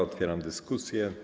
Otwieram dyskusję.